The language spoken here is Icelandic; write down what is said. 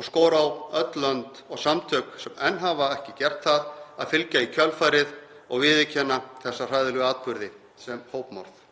og skora á öll lönd og samtök sem enn hafa ekki gert það, að fylgja í kjölfarið og viðurkenna þessa hræðilegu atburði sem hópmorð.